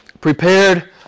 prepared